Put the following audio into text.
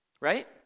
Right